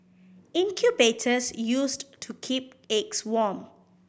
incubators used to keep eggs warm